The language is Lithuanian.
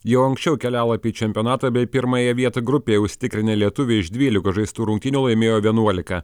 jau anksčiau kelialapį į čempionatą bei pirmąją vietą grupėje užsitikrinę lietuviai iš dvylikos žaistų rungtynių laimėjo vienuoliką